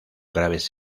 graves